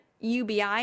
UBI